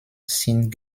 sind